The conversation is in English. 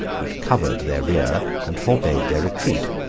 which covered their rear, and forbade their retreat.